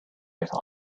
thought